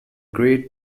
great